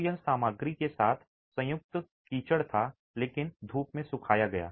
तो यह सामग्री के साथ संयुक्त कीचड़ था लेकिन धूप में सुखाया गया